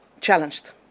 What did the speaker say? challenged